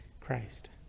Christ